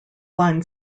line